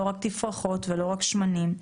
לא רק תפרחות ולא רק שמנים,